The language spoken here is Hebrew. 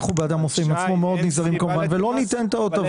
אנחנו באדם עושה עם עצמו מאוד נזהרים ולא ניתן את ההטבה הזאת.